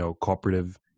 cooperative